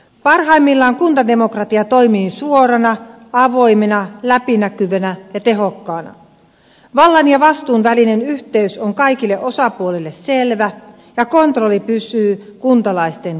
parhaimmillaan kuntademokratia toimii suorana avoimena läpinäkyvänä ja tehokkaana vallan ja vastuun välinen yhteys on kaikille osapuolille selvä ja kontrolli pysyy kuntalaisten käsissä